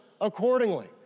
accordingly